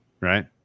right